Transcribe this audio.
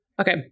Okay